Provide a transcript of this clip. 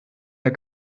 der